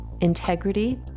integrity